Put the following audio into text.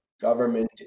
Government